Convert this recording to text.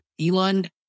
Elon